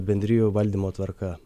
bendrijų valdymo tvarka